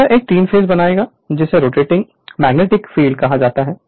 तो यह एक 3 फेस बनाएगा जिसे रोटेटिंग मैग्नेटिक फील्ड कहा जाता है